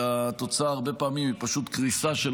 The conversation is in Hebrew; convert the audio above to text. והתוצאה הרבה פעמים היא פשוט קריסה של